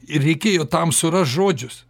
ir reikėjo tam surast žodžius